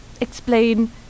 explain